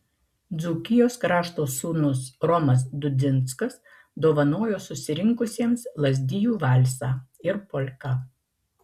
dzūkijos krašto sūnus romas dudzinskas dovanojo susirinkusiems lazdijų valsą ir polką